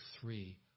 three